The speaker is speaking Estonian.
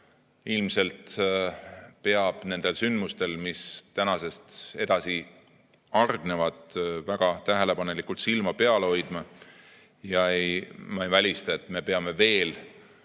täiskogu nendel sündmustel, mis tänasest edasi hargnevad, väga tähelepanelikult silma peal hoidma. Ma ei välista, et me peame veel